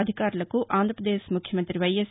అధికారులకు ఆంధ్రావదేశ్ ముఖ్యమంతి వైఎస్